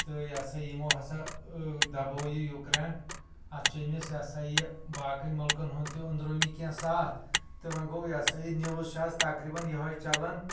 تہٕ یا سا یمو ہَسا دَبوو یہِ یُکرین اَتھ چھُ أمِس یا سا یہِ باقٕے مُلکَن ہُنٛد تہِ أنٛدروٗنی کیٚنٛہہ ساتھ تہٕ وۅنۍ گوٚو یا سا یہِ نِوٕز چھِ اَز تقریباً یہَے چَلان